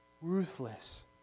Ruthless